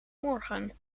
morgen